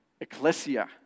Ecclesia